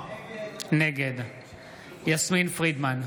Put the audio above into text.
נגד יסמין פרידמן,